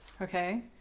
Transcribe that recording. Okay